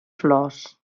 flors